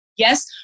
Yes